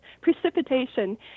precipitation